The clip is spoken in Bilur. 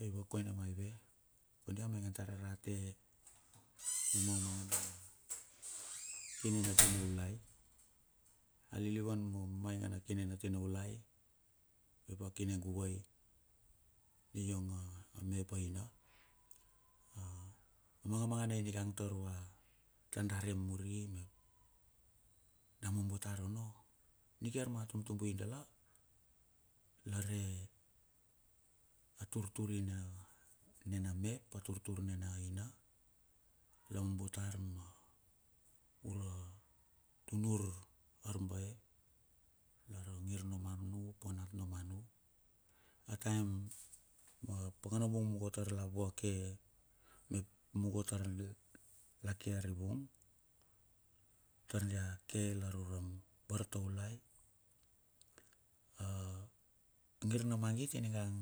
Aivua koina maive kondi a maingan tar a rate mangana na kine na tinaulai. Alilivan ma mamainga na kine na tinaulai, mep a kine guvai me iong a me ap aina. A manga mangana ningang tar da re mure, da mombo tar ono, nikiar ma tumtubui dala la re tutur in ne na me turtur ne na ina, lamobo tar ma uratunur ar bae e i lar ongir no manu ap onat no manu. A taem ma pakana bung mungo tar la vake mep mungo tar ia kearivung, tar dia ke ilar ura bar taulai a ngir na magit iningang